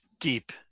deep